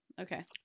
Okay